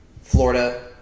Florida